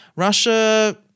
Russia